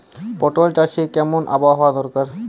পটল চাষে কেমন আবহাওয়া দরকার?